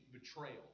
betrayal